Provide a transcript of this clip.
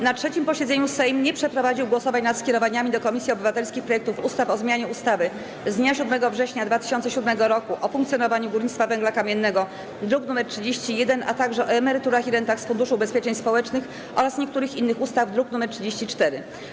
Na 3. posiedzeniu Sejm nie przeprowadził głosowań nad skierowaniami do komisji obywatelskich projektów ustaw: - o zmianie ustawy z dnia 7 września 2007 r. o funkcjonowaniu górnictwa węgla kamiennego, druk nr 31, - o zmianie ustawy o emeryturach i rentach z Funduszu Ubezpieczeń Społecznych oraz niektórych innych ustaw, druk nr 34.